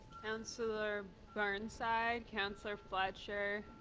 counselor burnside, counselor fletcher?